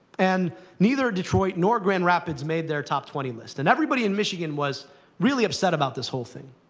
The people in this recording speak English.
and neither detroit nor grand rapids made their top twenty list. and everybody in michigan was really upset about this whole thing.